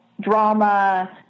drama